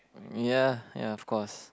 mm ya ya of course